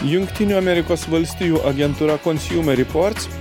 jungtinių amerikos valstijų agentūra konsiūme ryports